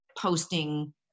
posting